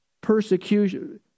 persecution